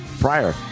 prior